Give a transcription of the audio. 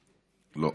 לא,